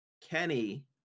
Kenny